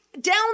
Down